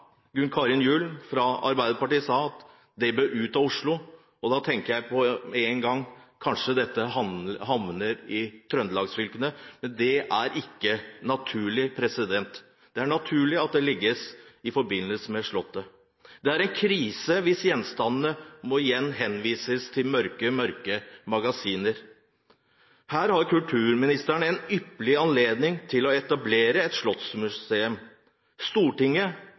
at det bør ut av Oslo. Da tenker jeg med en gang at kanskje dette havner i trøndelagsfylkene. Det er ikke naturlig. Det er naturlig at det legges i forbindelse med Slottet. Det er en krise hvis gjenstandene igjen må henvises til mørke magasiner. Kulturministeren har her en ypperlig anledning til å etablere et slottsmuseum. Stortinget